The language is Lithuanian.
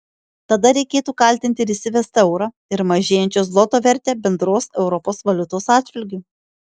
tada reikėtų kaltinti ir įsivestą eurą ir mažėjančio zloto vertę bendros europos valiutos atžvilgiu